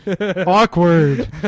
awkward